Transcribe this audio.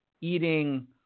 eating